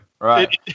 Right